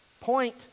Point